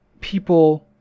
people